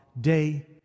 day